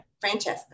Francesca